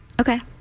Okay